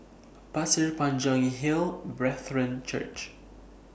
Pasir Panjang Hill Brethren Church